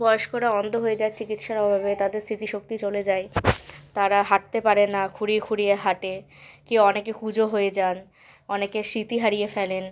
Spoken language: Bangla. বয়স্করা অন্ধ হয়ে যায় চিকিৎসার অভাবে তাদের স্মৃতি শক্তি চলে যায় তারা হাঁটতে পারে না খুঁড়িয়ে খুঁড়িয়ে হাঁটে কি অনেকে কুঁজো হয়ে যান অনেকে স্মৃতি হারিয়ে ফেলেন